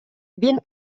він